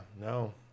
No